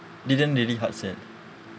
didn't really hard sell